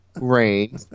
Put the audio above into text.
Rain